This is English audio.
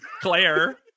Claire